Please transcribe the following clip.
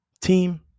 team